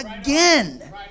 again